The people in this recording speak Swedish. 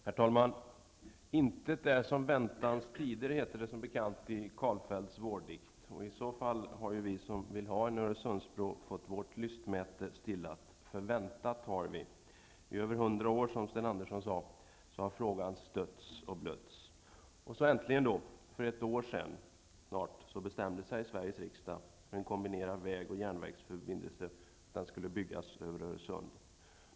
Herr talman! Intet är som väntans tider, heter det som bekant i Karlfeldts vårdikt. I så fall har vi som vill ha en Öresundsbro fått vårt lystmäte stillat. För väntat har vi. I över 100 år, som Sten Andersson i Malmö sade, har frågan stötts och blötts. Så äntligen för snart ett år sedan bestämde sig Sveriges riksdag för att en kombinerad väg och järnvägsförbindelse skulle byggas över Öresund.